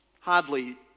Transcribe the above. hardly